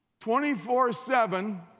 24-7